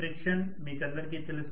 friction మీ అందరికీ తెలుసు